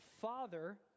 Father